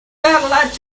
satellite